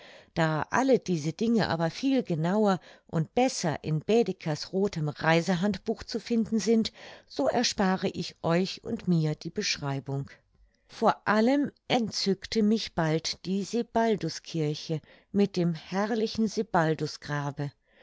da all diese dinge aber viel genauer und besser in bädekers rothem reisehandbuch zu finden sind so erspare ich euch und mir die beschreibung vor allem entzückte mich die sebalduskirche mit dem herrlichen